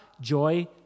joy